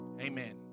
amen